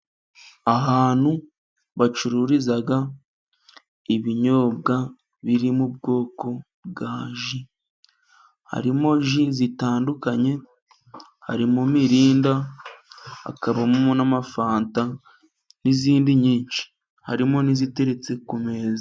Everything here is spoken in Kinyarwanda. Ahantu bacururiza ibinyobwa biri mu bwoko bwa ji harimo ji zitandukanye. harimo mirinda, hakabamo n'amafanta , n'izindi nyinshi harimo n'iziteretse ku meza.